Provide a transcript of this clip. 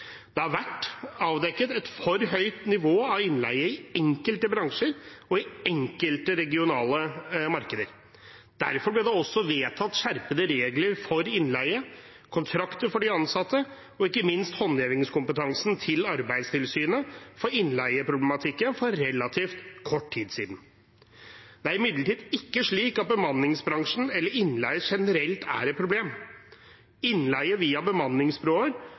Det har vært avdekket et for høyt nivå av innleie i enkelte bransjer og i enkelte regionale markeder. Derfor ble det også vedtatt skjerpede regler for innleie, kontrakter for de ansatte og ikke minst håndhevingskompetansen til Arbeidstilsynet for innleieproblematikken for relativt kort tid siden. Det er imidlertid ikke slik at bemanningsbransjen eller innleie generelt er et problem. Innleie via bemanningsbyråer